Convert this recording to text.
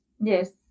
Yes